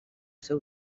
seu